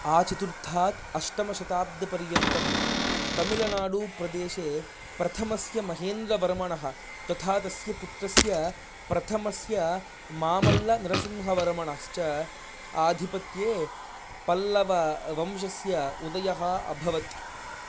आचतुर्थात् अष्टमशताब्दपर्यन्तं तमिळ्नाडुप्रदेशे प्रथमस्य महेन्द्रवर्मणः तथा तस्य पुत्रस्य प्रथमस्य मामल्लनरसिंहवर्मणश्च आधिपत्ये पल्लववंशस्य उदयः अभवत्